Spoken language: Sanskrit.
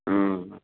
हा